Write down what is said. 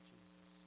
Jesus